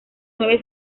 nueve